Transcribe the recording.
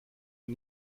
und